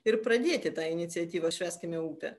ir pradėti tą iniciatyvą švęskime upę